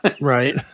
Right